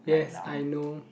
yes I know